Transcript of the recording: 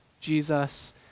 Jesus